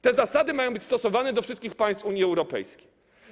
Te zasady mają być stosowane do wszystkich państw Unii Europejskiej.